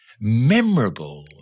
memorable